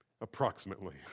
approximately